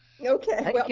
Okay